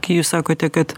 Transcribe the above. kai jūs sakote kad